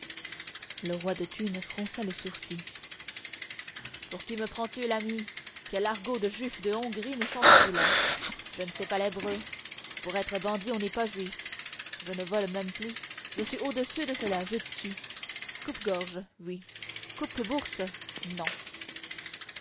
le roi de thunes fronça le sourcil pour qui me prends-tu l'ami quel argot de juif de hongrie nous chantes tu là je ne sais pas l'hébreu pour être bandit on n'est pas juif je ne vole même plus je suis au-dessus de cela je tue coupe-gorge oui coupe bourse non